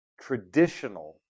traditional